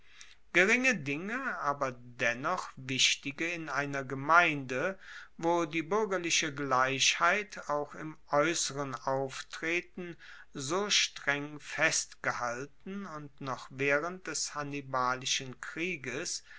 geringe dinge aber dennoch wichtige in einer gemeinde wo die buergerliche gleichheit auch im aeusseren auftreten so streng festgehalten und noch waehrend des hannibalischen krieges